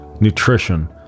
nutrition